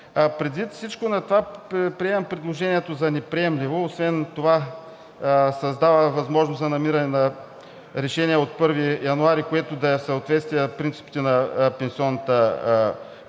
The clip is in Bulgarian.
Предвид всичко това смятам предложението за неприемливо. Освен това създава възможност за намиране на решение от 1 януари, което да е в съответствие с принципите на пенсионната политика